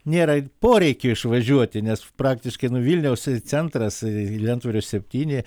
nėra poreikio išvažiuoti nes praktiškai nu vilniaus centras lentvario septyni